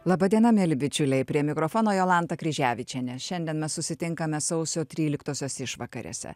laba diena mieli bičiuliai prie mikrofono jolanta kryževičienė šiandien mes susitinkame sausio tryliktosios išvakarėse